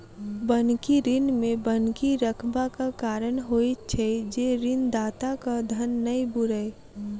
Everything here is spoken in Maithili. बन्हकी ऋण मे बन्हकी रखबाक कारण होइत छै जे ऋणदाताक धन नै बूड़य